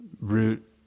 root